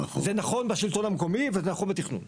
זה נכון בשלטון המקומי וזה נכון בתכנון.